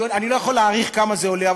אני לא יכול להעריך כמה זה עולה,